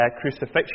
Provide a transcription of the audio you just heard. crucifixion